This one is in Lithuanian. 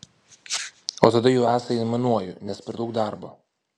o tada jau esą aimanuoju nes per daug darbo